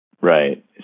Right